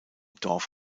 dorf